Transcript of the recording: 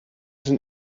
sind